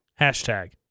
hashtag